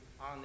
on